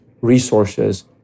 resources